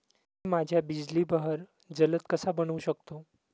मी माझ्या बिजली बहर जलद कसा बनवू शकतो?